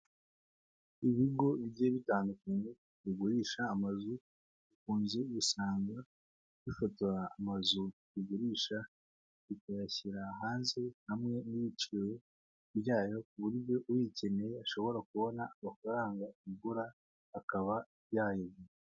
Ibigo bigiye bitandukanye bigurisha amazu mu nzu usanga bifotora amazu bigurisha bikayashyira hanze hamwe n'ibiciro byayo ku buryo uyikeneye ashobora kubona amafaranga ikugura akaba yayigura.